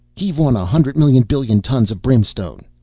heave on a hundred million billion tons of brimstone!